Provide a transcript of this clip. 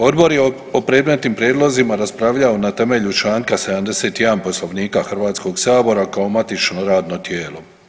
Odbor je o predmetnim prijedlozima raspravljao na temelju čl. 71 Poslovnika HS-a kao matično radno tijelo.